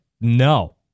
no